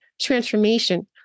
transformation